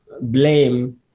blame